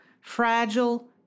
fragile